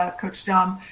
ah coach don.